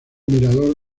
mirador